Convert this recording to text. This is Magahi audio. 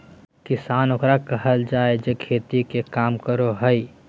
किसान ओकरा कहल जाय हइ जे खेती के काम करो हइ